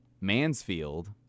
Mansfield